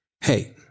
Hey